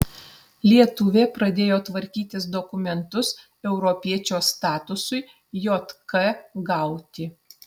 lietuvė pradėjo tvarkytis dokumentus europiečio statusui jk gauti